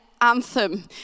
anthem